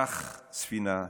קח ספינה,